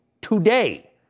today